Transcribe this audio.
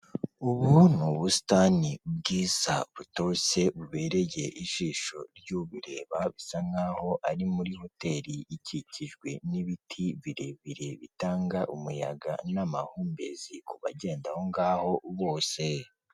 Ubu ni ubusitani bwiza butoshye bubereye ijisho ry'ubureba, bisa nkaho ari muri hoteri ikikijwe n'ibiti birebire bitanga umuyaga n'amahumbezi ku bagenda aho ngaho bose.